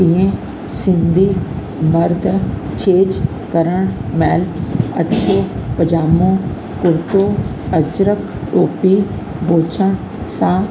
तीअं सिंधी मर्द छेॼ करण महिल अछो पजामो कुर्तो अजरक टोपी बोछण सां